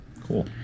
Cool